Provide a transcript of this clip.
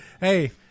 Hey